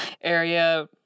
area